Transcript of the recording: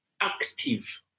active